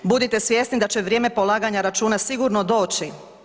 Budite svjesni da će vrijeme polaganja računa sigurno doći.